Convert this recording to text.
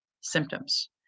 symptoms